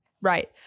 Right